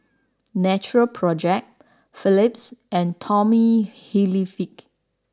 Natural Project Philips and Tommy Hilfiger